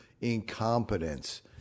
incompetence